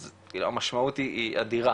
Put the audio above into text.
אז המשמעות היא אדירה.